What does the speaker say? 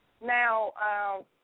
Now